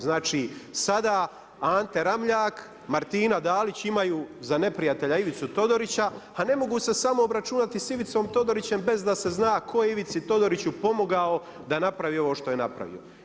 Znači sada Ante Ramljak, Martina Dalić imaju za neprijatelja Ivicu Todorića a ne mogu se samo obračunati sa Ivicom Todorićem bez da se zna tko je Ivici Todoriću pomogao da napravi ovo što je napravio.